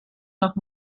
noch